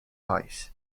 eyes